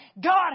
God